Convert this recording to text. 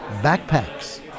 Backpacks